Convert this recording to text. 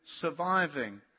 surviving